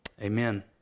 Amen